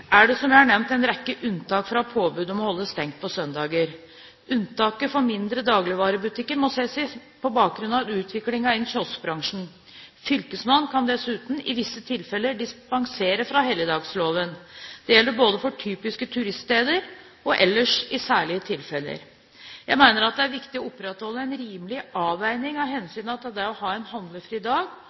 er det som jeg har nevnt, en rekke unntak fra påbudet om å holde stengt på søndager. Unntaket for mindre dagligvarebutikker må ses på bakgrunn av utviklingen innen kioskbransjen. Fylkesmannen kan dessuten i visse tilfeller dispensere fra helligdagsloven. Det gjelder både for typiske turiststeder og ellers i særlige tilfeller. Jeg mener at det er viktig å opprettholde en rimelig avveining av hensynet til det å ha en handlefri dag